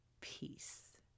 peace